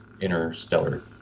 interstellar